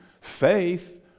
faith